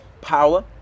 power